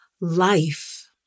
Life